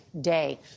day